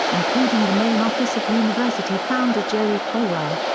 including the main office of university founder jerry falwell.